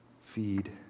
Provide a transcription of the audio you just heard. feed